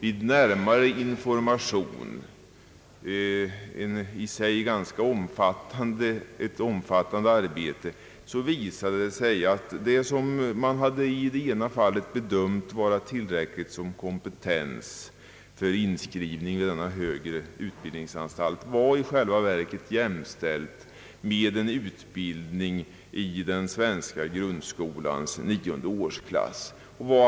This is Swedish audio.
Vid närmare undersökning — ett i sig ganska omfattande arbete — visade det sig att det som man hade bedömt som tillräcklig kompetens för inskrivning vid denna högre utbildningsanstalt i själva verket var jämställt med utbildning i den svenska grundskolans nionde årsklass.